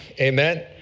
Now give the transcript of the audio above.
Amen